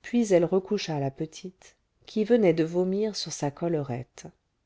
puis elle recoucha la petite qui venait de vomir sur sa collerette